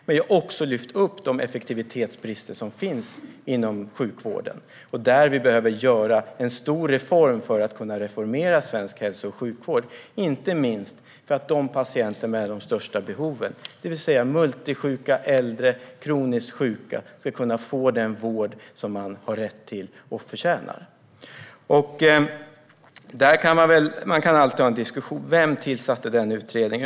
Jag har också lyft fram de effektivitetsbrister som finns inom sjukvården, där vi behöver göra en stor insats för att reformera svensk hälso och sjukvård, inte minst för att patienterna med de största behoven, det vill säga multisjuka äldre och kroniskt sjuka, ska kunna få den vård de har rätt till och förtjänar. Man kan alltid ha en diskussion om vem som ska ha äran av att ha tillsatt en utredning.